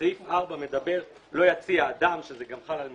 סעיף 4 אומר שלא יציע אדם, שזה גם חל על מתחזים,